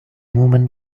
woman